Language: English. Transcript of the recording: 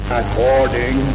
according